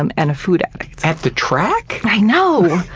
um and a food addict. at the track? i know!